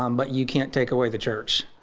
um but you can't take away the church.